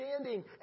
standing